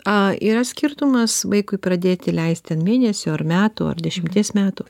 a yra skirtumas vaikui pradėti leist ten mėnesio ar metų ar dešimties metų